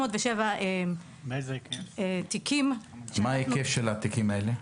מה ההיקף של התיקים הללו?